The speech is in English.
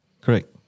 Correct